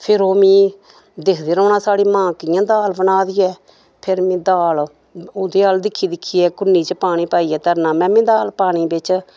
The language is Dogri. फिर ओह् मी दिक्खदे रौह्ना साढ़ी मां कि'यां दाल बना दी ऐ फिर में दाल ओह्दे अल दिक्खी दिक्खिये कु'न्नी च पानी पाइये धरना ते में मी दाल पानी बिच